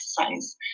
exercise